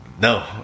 No